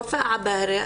וופא עבאהרה,